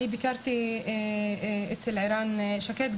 אני ביקרתי אצל ערן שקד,